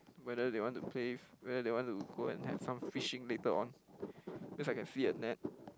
whether they want to play whether they want to go and have some fishing later on cause I can see a net